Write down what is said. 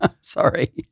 Sorry